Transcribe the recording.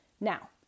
Now